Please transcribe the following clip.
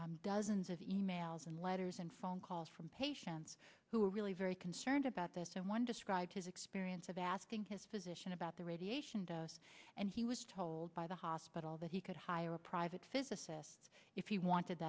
received dozens of e mails and letters and phone calls from patients who are really very concerned about this and one described his experience of asking his physician about the radiation dose and he was told by the hospital that he could hire a private physicist if you wanted